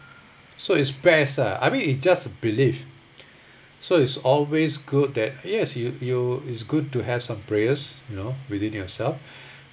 so it's best ah I mean it just belief so it's always good that yes you you is good to has some prayers you know within yourself